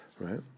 Right